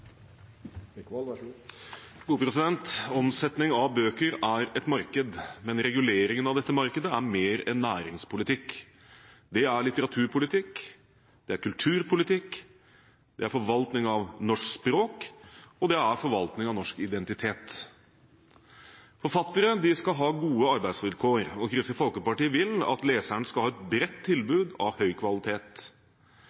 litteraturpolitikk, det er kulturpolitikk, det er forvaltning av norsk språk, og det er forvaltning av norsk identitet. Forfattere skal ha gode arbeidsvilkår, og Kristelig Folkeparti vil at leserne skal ha et bredt